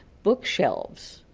book shelves,